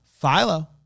Philo